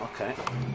Okay